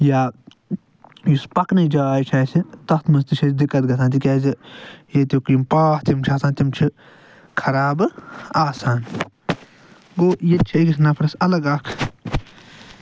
یا یُس پَکنٕچ جاے چھِ اَسہِ تَتھ منٛز تہِ چھِ اَسہِ دِکَت گژھان تِکیازِ ییٚتیُک یِم پاتھ چھُ آسان تِم چھِ خرابہٕ آسان گوٚو ییٚتہِ چھُ أکِس نَفرَس اَلگ اکھ